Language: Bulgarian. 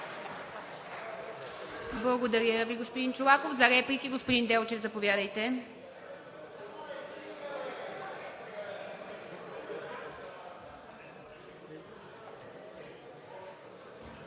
Благодаря Ви, господин Чолаков. За реплика – господин Делчев, заповядайте.